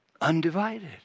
Undivided